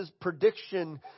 prediction